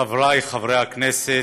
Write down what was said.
חבריי חברי הכנסת,